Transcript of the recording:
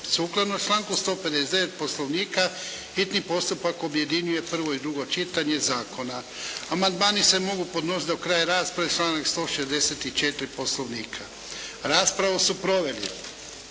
Sukladno članku 159. Poslovnika, hitni postupak objedinjuje prvo i drugo čitanje zakona. Amandmani se mogu podnositi do kraja rasprave članak 164. Poslovnika. Raspravu su proveli